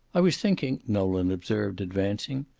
i was thinking, nolan observed, advancing,